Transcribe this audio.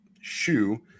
shoe